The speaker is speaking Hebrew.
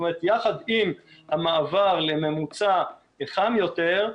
יחד עם המעבר לממוצע חם יותר,